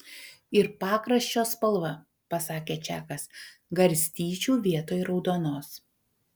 ir pakraščio spalva pasakė čakas garstyčių vietoj raudonos